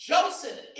Joseph